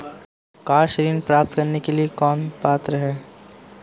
Car ऋण प्राप्त करने के लिए कौन पात्र है?